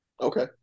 Okay